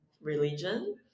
religion